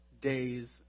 days